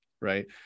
right